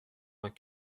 vingt